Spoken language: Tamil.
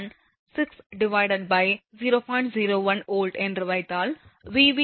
01 V என்று வைத்தால் Vv 140